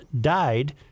died